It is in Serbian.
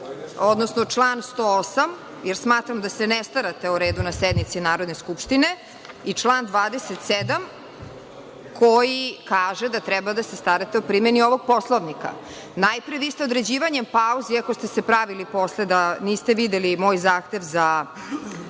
odnosno član 108, jer smatram da se ne starate o redu na sednici Narodne skupštine i član 27, koji kaže da treba da se starate o primeni ovog Poslovnika. Najpre, vi ste određivanjem pauze, iako ste se pravili posle da niste videli moj zahtev za